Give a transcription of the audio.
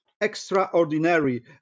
extraordinary